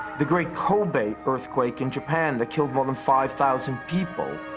the great kobe earthquake in japan that killed more than five thousand people,